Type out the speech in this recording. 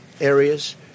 areas